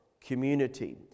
community